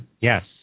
yes